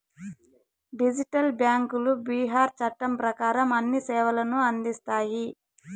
digital బ్యాంకులు బీఆర్ చట్టం ప్రకారం అన్ని సేవలను అందిస్తాయి